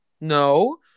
No